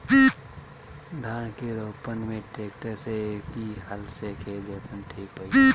धान के रोपन मे ट्रेक्टर से की हल से खेत जोतल ठीक होई?